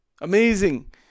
Amazing